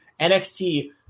NXT